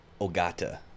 Ogata